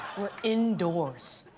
in doors.